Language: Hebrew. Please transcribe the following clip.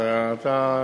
אז אתה,